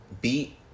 beat